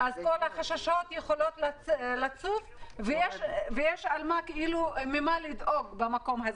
אז כל החששות יכולים לצוף ויש ממה לדאוג במקום הזה.